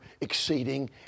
exceeding